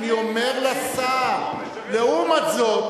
לעומת זאת,